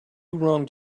wronged